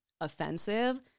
offensive